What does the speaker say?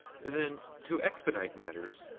then, to expedite matters,